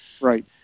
Right